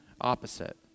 opposite